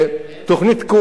תוכנית תקועה עכשיו.